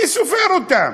מי סופר אותם?